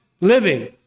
living